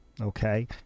okay